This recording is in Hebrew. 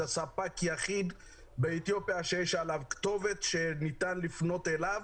זה ספק יחיד מאתיופיה שיש עליו כתובת שניתן לפנות אליו